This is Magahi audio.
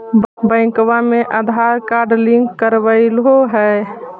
बैंकवा मे आधार कार्ड लिंक करवैलहो है?